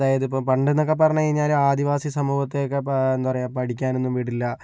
അതായത് ഇപ്പോൾ പണ്ട് എന്നൊക്കെ പറഞ്ഞു കഴിഞ്ഞാല് ആദിവാസി സമൂഹത്തെ ഒക്കെ ഇപ്പോൾ എന്താ പറയുക പഠിക്കാൻ ഒന്നും വിടില്ല